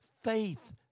faith